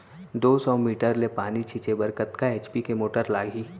दो सौ मीटर ले पानी छिंचे बर कतका एच.पी के मोटर लागही?